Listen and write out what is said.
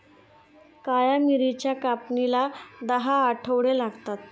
काळ्या मिरीच्या कापणीला दहा आठवडे लागतात